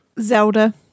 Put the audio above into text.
Zelda